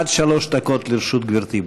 עד שלוש דקות לרשות גברתי.